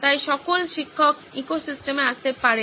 তাই সকল শিক্ষক ইকোসিস্টেমে আসতে পারেন পারেন